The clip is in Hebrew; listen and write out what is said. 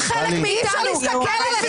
אי אפשר להסתכל עליכם.